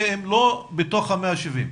שהם לא בתוך ה-170.